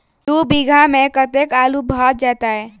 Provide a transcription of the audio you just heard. दु बीघा मे कतेक आलु भऽ जेतय?